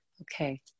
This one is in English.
Okay